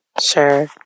Sure